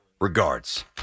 Regards